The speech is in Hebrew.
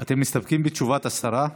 אתם מסתפקים בתשובת השרה?